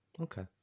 Okay